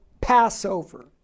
Passover